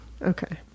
Okay